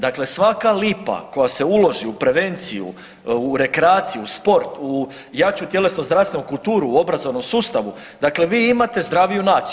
Dakle, svaka lipa koja se uloži u prevenciju, u rekreaciju u sport, u jaču tjelesnu, zdravstvenu kulturu u obrazovnom sustavu dakle vi imate zdraviju naciju.